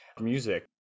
music